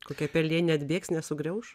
kokia pelė neatbėgs nesugriauš